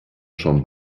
schon